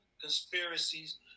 conspiracies